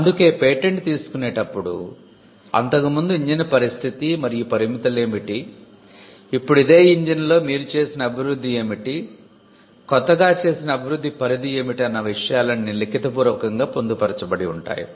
అందుకే పేటెంట్ తీసుకునేటప్పుడు అంతకు ముందు ఇంజిన్ పరిస్థితి మరియు పరిమితులేమిటి ఇప్పుడు ఇదే ఇంజిన్ లో మీరు చేసిన అభివృద్ధి ఏమిటి కొత్తగా చేసిన అభివృద్ధి పరిధి ఏమిటి అన్న విషయాలన్నీ లిఖిత పూర్వకంగా పొందుపరచబడి ఉంటాయి